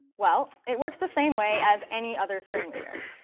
well, it works the same way as any other screen reader.